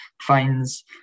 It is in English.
finds